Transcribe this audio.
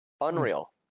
unreal